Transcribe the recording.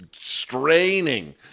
straining